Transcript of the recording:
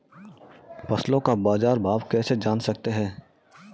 फसलों का बाज़ार भाव कैसे जान सकते हैं?